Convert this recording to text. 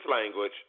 language